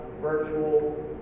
virtual